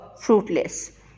fruitless